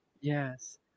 Yes